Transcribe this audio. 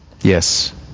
Yes